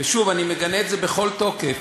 ושוב, אני מגנה את זה בכל תוקף,